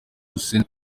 hussein